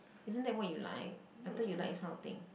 isn't that what you like I thought you like this kind of thing